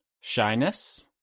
Shyness